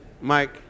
Mike